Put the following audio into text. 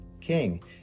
king